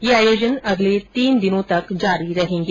यह आयोजन अगले तीन दिनों तक जारी रहेंगे